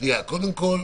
קודם כול,